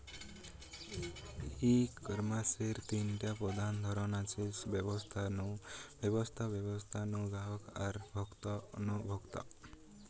ই কমার্সের তিনটা প্রধান ধরন আছে, ব্যবসা নু ব্যবসা, ব্যবসা নু গ্রাহক আর ভোক্তা নু ভোক্তা